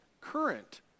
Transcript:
current